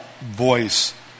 voice